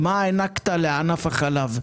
מה הענקת לענף החלב?